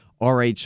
RH